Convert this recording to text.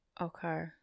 Okay